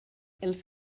els